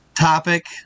topic